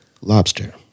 Lobster